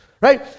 Right